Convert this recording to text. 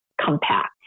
compact